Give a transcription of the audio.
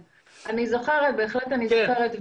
בהחלט אני זוכרת.